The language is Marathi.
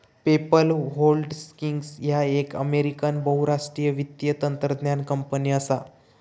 पेपल होल्डिंग्स ह्या एक अमेरिकन बहुराष्ट्रीय वित्तीय तंत्रज्ञान कंपनी असा